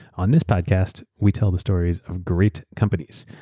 on this podcast, we tell the stories of great companies.